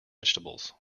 vegetables